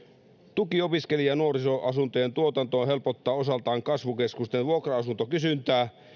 tuki opiskelija ja nuorisoasuntojen tuotantoon helpottaa osaltaan kasvukeskusten vuokra asuntokysyntää